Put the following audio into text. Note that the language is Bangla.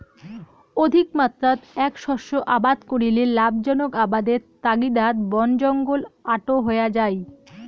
অধিকমাত্রাত এ্যাক শস্য আবাদ করিলে লাভজনক আবাদের তাগিদাত বনজঙ্গল আটো হয়া যাই